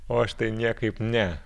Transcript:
o aš tai niekaip ne